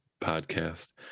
podcast